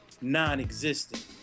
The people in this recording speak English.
non-existent